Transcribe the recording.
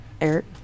Eric